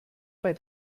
bei